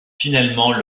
finalement